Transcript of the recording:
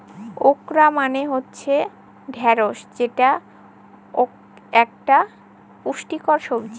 okra মানে হচ্ছে ঢ্যাঁড়স যেটা একতা পুষ্টিকর সবজি